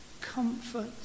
Comfort